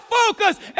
focus